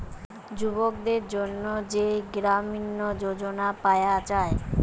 যুবকদের জন্যে যেই গ্রামীণ যোজনা পায়া যায়